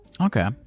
Okay